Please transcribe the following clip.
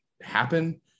happen